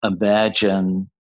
imagine